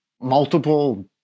multiple